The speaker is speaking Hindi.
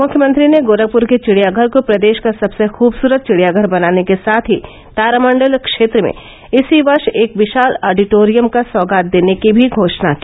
मुख्यमंत्री ने गोरखपुर के चिड़ियाघर को प्रदेश का सबसे खूबसूरत चिड़ियाघर बनाने के साथ ही तारामंडल क्षेत्र में इसी वर्ष एक विशाल आडिटोरियम का सौगात देने की भी घोषणा की